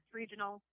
regional